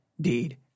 deed